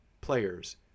players